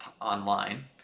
Online